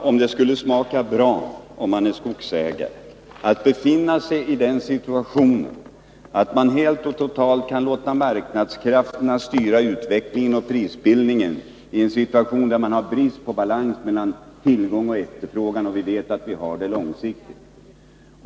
Herr talman! Jag kan begripa om det skulle smaka bra, för den som är skogsägare, att totalt kunna låta marknadskrafterna styra utveckling och prisbildning — om man befinner sig i en situation där man har brist på balans mellan tillgång och efterfrågan och vet att man har det på lång sikt.